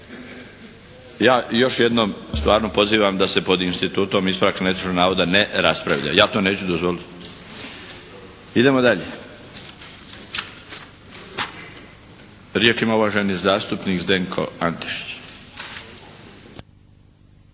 Ja još jednom stvarno pozivam da se pod institutom ispravka netočnog navoda ne raspravlja. Ja to neću dozvoliti. Idemo dalje. Riječ ima uvaženi zastupnik Zdenko Antešić.